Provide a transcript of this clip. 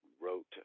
wrote